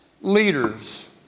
leaders